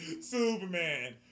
Superman